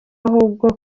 ahubwo